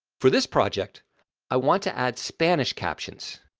for this project i want to add spanish captions.